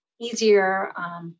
easier